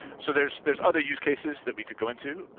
so there's there's other use cases that we could go into.